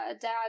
dad